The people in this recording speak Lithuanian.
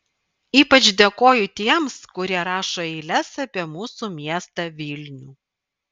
ypač dėkoju tiems kurie rašo eiles apie mūsų miestą vilnių